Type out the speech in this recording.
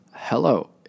Hello